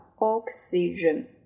Oxygen